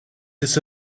this